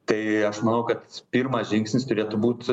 tai aš manau kad pirmas žingsnis turėtų būt